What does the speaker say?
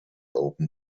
open